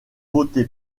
voté